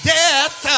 death